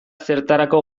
zertarako